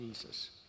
Jesus